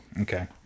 Okay